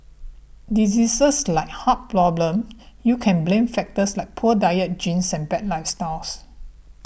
diseases like heart problem you can blame factors like poor diet genes same bad lifestyle